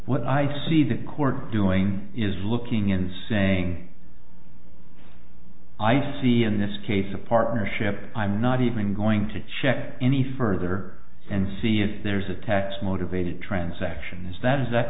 what i see the court doing is looking in saying i see in this case a partnership i'm not even going to check any further and see if there's a tax motivated transaction is that is that